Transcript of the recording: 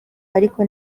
ariko